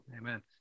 amen